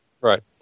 Right